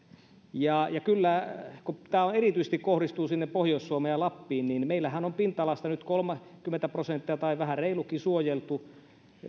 kyllä kun tämä erityisesti kohdistuu sinne pohjois suomeen ja lappiin niin meillähän on pinta alasta nyt kolmekymmentä prosenttia tai vähän reilukin suojeltu